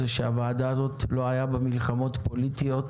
שבוועדה הזאת לא היתה מלחמות פוליטית.